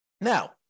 Now